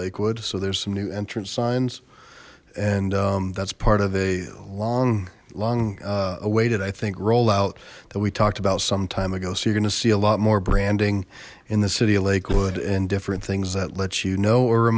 lakewood so there's some new entrance signs and that's part of a long long awaited i think rollout that we talked about some time ago so you're gonna see a lot more branding in the city of lakewood and different things that let you know or